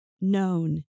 known